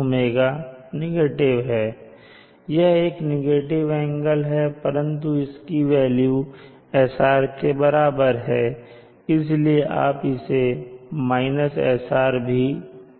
ओमेगाꞶ negative है यह एक नेगेटिव एंगल है परंतु इसकी वेल्यू SR के बराबर है और इसलिए आप इसे SR भी लिख सकते हैं